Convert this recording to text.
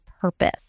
purpose